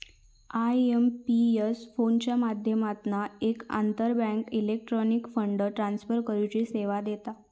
IMPS फोनच्या माध्यमातना एक आंतरबँक इलेक्ट्रॉनिक फंड ट्रांसफर करुची सेवा देता